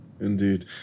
Indeed